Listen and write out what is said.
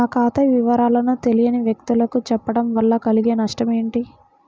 నా ఖాతా వివరాలను తెలియని వ్యక్తులకు చెప్పడం వల్ల కలిగే నష్టమేంటి?